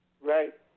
Right